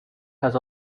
has